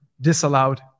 disallowed